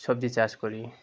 সবজি চাষ করি